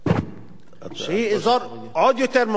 אזור עוד יותר מרוחק, כמו סח'נין,